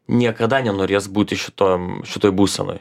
niekada nenorės būti šitam šitoj būsenoj